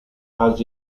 has